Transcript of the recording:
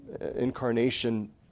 incarnation